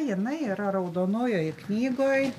jinai yra raudonojoj knygoj